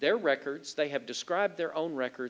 their records they have described their own records